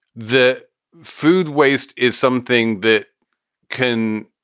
the food waste is something that can.